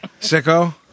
Sicko